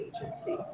agency